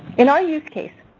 in our use case,